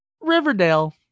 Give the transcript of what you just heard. Riverdale